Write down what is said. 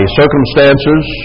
circumstances